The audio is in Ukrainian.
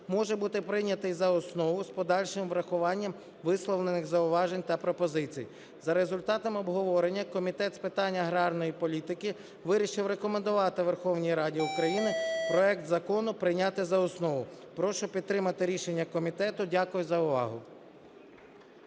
може бути прийнятий за основу з подальшим врахуванням висловлених зауважень та пропозицій. За результатами обговорення Комітет з питань аграрної політики вирішив рекомендувати Верховній Раді України проект Закону прийняти за основу. Прошу підтримати рішення комітету. Дякую за увагу.